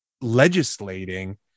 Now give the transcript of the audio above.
legislating